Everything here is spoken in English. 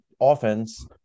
offense